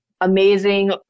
amazing